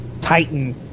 Titan